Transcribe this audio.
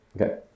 okay